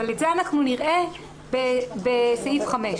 את זה נראה בסעיף 5,